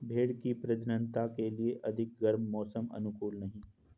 भेंड़ की प्रजननता के लिए अधिक गर्म मौसम अनुकूल नहीं है